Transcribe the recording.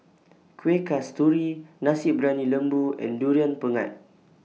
Kueh Kasturi Nasi Briyani Lembu and Durian Pengat